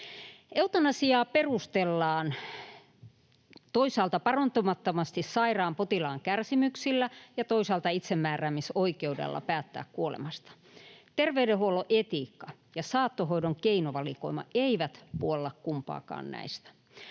Eutanasiaa perustellaan toisaalta parantumattomasti sairaan potilaan kärsimyksillä ja toisaalta itsemääräämisoikeudella päättää kuolemasta. Terveydenhuollon etiikka ja saattohoidon keinovalikoima eivät puolla kumpaakaan näistä.